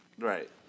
Right